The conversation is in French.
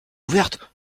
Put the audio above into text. ouverte